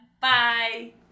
Bye